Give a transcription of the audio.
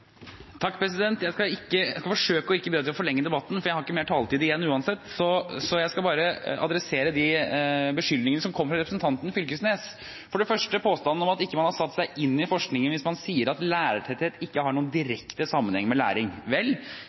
å forlenge debatten, for jeg har ikke mer taletid igjen uansett. Jeg skal bare adressere de beskyldningene som kom fra representanten Knag Fylkesnes, for det første påstanden om at man ikke har satt seg inn i forskningen hvis man sier at lærertetthet ikke har noen direkte sammenheng med læring. Vel,